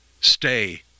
stay